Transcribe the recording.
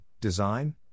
Design